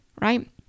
right